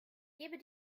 gebe